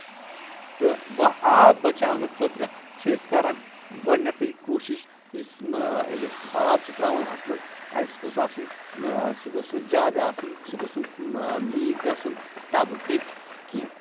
تہٕ ووٚں آب بچاونہٕ خٲطرٕ چھِ أسۍ کران گۄڈنؠتھٕے کوٗشِش یُس ییٚلہِ أسۍ آب چھِ ترٛاوان ہُتھ منٛز اَسہِ گوٚژھ آسُن سُہ گوٚژھ نہٕ جادٕ آسُن سُہ گوٚژھ نہٕ لیٖک گژھُن ٹَبہٕ پؠٹھ کیٚنہہ